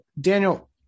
Daniel